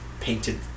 painted